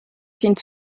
sind